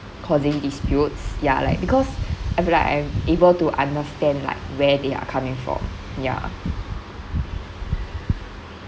causing disputes ya like because I feel like I'm able to understand like where they are coming from ya